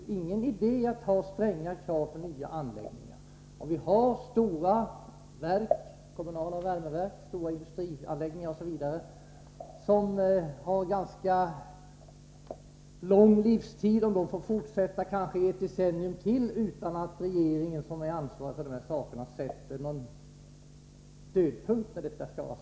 Det är ingen idé att ha stränga krav på nya anläggningar om de stora kommunala värmeverk, stora industrianläggningar osv. som vi redan har, och som har ganska lång livstid, får fortsätta att släppa ut föroreningar i ytterligare ett decennium utan att regeringen, som är ansvarig för detta, fastställer en slutlig tidpunkt då detta måste upphöra.